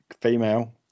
female